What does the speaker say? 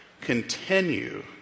continue